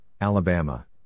Alabama